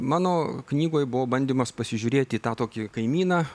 mano knygoj buvo bandymas pasižiūrėti į tą tokį kaimyną